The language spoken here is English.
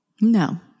No